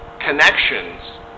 connections